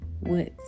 woods